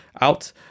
out